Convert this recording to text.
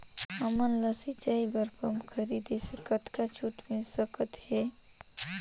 हमन ला सिंचाई बर पंप खरीदे से कतका छूट मिल सकत हे?